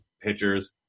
pitchers